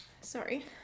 Sorry